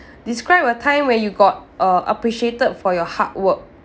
describe a time when you got uh appreciated for your hard work